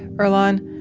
earlonne,